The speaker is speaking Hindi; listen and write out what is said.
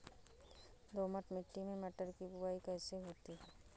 दोमट मिट्टी में मटर की बुवाई कैसे होती है?